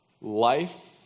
Life